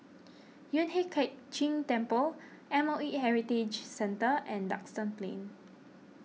Yueh Hai Ching Temple M O E Heritage Centre and Duxton Plain